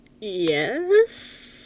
Yes